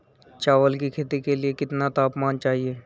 चावल की खेती के लिए कितना तापमान चाहिए?